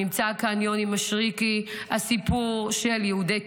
נמצא כאן יוני משריקי, הסיפור של יהודי תימן,